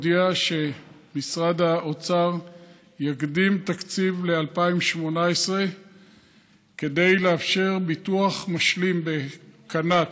הודיע שמשרד האוצר יקדים תקציב ל-2018 כדי לאפשר ביטוח משלים בקנ"ט.